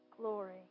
Glory